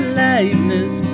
lightness